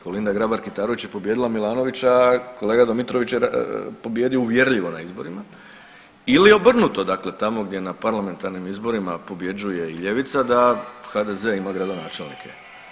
Kolinda Grabar Kitarović je pobijedila Milanovića, a kolega Domitrović je pobijedio uvjerljivo na izborima ili obrnuto, dakle tamo gdje na parlamentarnim izborima pobjeđuje i ljevica da HDZ ima gradonačelnike.